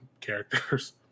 characters